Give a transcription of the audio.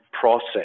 process